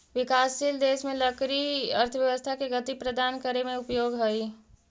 विकासशील देश में लकड़ी अर्थव्यवस्था के गति प्रदान करे में उपयोगी हइ